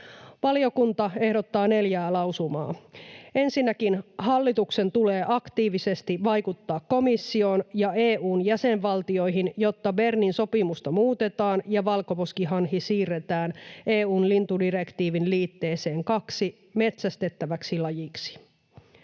Valiokunta ehdottaa neljää lausumaa: Ensinnäkin hallituksen tulee aktiivisesti vaikuttaa komissioon ja EU:n jäsenvaltioihin, jotta Bernin sopimusta muutetaan ja valkoposkihanhi siirretään EU:n lintudirektiivin liitteeseen II metsästettäväksi lajiksi.